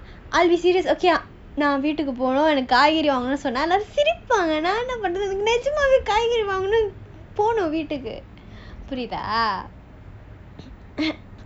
I'll be serious okay ah நான் வீட்டுக்கு போகனும் எனக்கு காய்கறி வாங்கனும்னு சொன்னா சிரிப்பாங்க நான் என்ன பண்றது எனக்கு நெஜமாவே காய்கறி வாங்கனும் போகனும் வீட்டுக்கு புரியுதா:naan veetuku poganum enaku kaikari vaanganumnu sonna siripaanga naan enna pandrathuku enaku nijamavae kaikari vaanganum poganum veetuku puriyuthaa